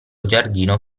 giardino